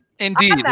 Indeed